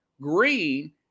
Green